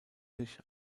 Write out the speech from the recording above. sich